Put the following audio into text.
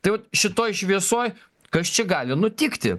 tai vat šitoj šviesoj kas čia gali nutikti